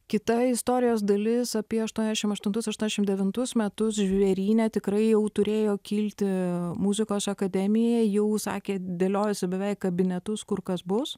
kita istorijos dalis apie aštuoniasdešim aštuntus aštuoniasdešimt devintus metus žvėryne tikrai jau turėjo kilti muzikos akademija jau užsakė dėliojosi beveik kabinetus kur kas bus